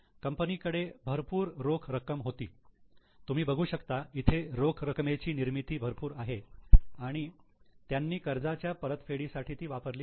company कडे भरपूर रोख रक्कम होती तुम्ही बघू शकता इथे रोख रकमेची निर्मिती भरपूर आहे आणि त्यांनी कर्जाच्या परतफेडीसाठी ती वापरली आहे